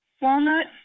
Walnut